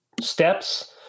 steps